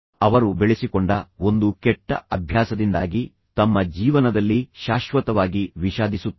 ಅವರು ಬೆಳೆಸಿಕೊಂಡ ಒಂದು ಕೆಟ್ಟ ಅಭ್ಯಾಸದಿಂದಾಗಿ ಏನೋ ತಪ್ಪಾಗಿದೆ ಮತ್ತು ನಂತರ ಅವರು ತಮ್ಮ ಜೀವನದಲ್ಲಿ ಶಾಶ್ವತವಾಗಿ ವಿಷಾದಿಸುತ್ತಾರೆ